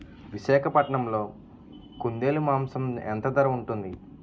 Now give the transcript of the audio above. విశాఖపట్నంలో కుందేలు మాంసం ఎంత ధర ఉంటుంది?